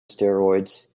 steroids